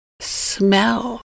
smell